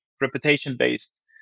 reputation-based